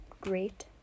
Great